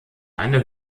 eine